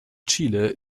chile